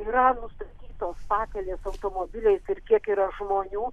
yra nustatytos pakelės automobiliais ir kiek yra žmonių